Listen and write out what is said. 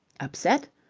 upset?